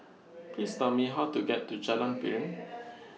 Please Tell Me How to get to Jalan Piring